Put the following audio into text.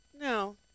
No